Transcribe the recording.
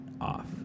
off